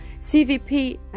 CVP